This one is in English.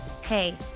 Hey